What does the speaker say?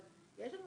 אבל יש שם